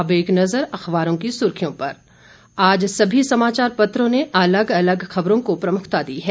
अब एक नजर अखबारों की सुर्खियों पर आज सभी समाचापत्रों ने अलग अलग खबरों को प्रमुखता दी है